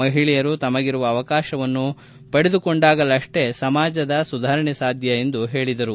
ಮಹಿಳೆಯರು ತಮಗಿರುವ ಅವಕಾಶವನ್ನು ಪಡೆದುಕೊಂಡಾಗಲಷ್ಟೆ ಸಮಾಜದ ಸುಧಾರಣೆ ಸಾಧ್ಯ ಎಂದು ಹೇಳದರು